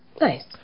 Nice